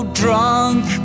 drunk